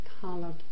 colored